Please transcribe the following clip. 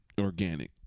organic